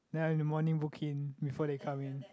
then I need to morning booking before they come in